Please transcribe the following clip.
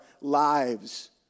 lives